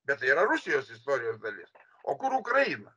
bet tai yra rusijos istorijos dalis o kur ukraina